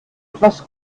etwas